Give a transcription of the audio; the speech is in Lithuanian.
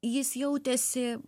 jis jautėsi